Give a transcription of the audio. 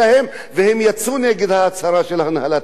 והם יצאו נגד ההצהרה של הנהלת בית-החולים.